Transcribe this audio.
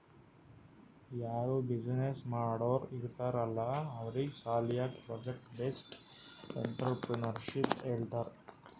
ಯಾರೂ ಬಿಸಿನ್ನೆಸ್ ಮಾಡೋರ್ ಇರ್ತಾರ್ ಅಲ್ಲಾ ಅವ್ರಿಗ್ ಸಾಲ್ಯಾಕೆ ಪ್ರೊಜೆಕ್ಟ್ ಬೇಸ್ಡ್ ಎಂಟ್ರರ್ಪ್ರಿನರ್ಶಿಪ್ ಹೇಳ್ತಾರ್